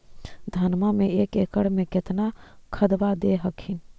धनमा मे एक एकड़ मे कितना खदबा दे हखिन?